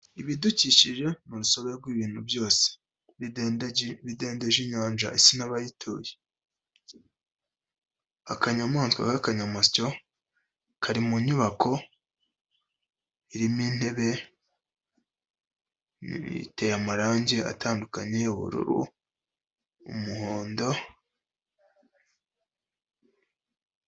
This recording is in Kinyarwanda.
Ibidukikije ni urusoga rw'ibintu byose bidendeje inyanja, isi n'abayituye. Akanyamaswa k'akanyamasyo kari mu nyubako irimo intebe, iteye amarangi atandukanye ubururu, umuhondo.